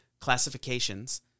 classifications